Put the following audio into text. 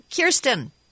Kirsten